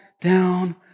down